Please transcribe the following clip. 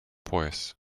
pious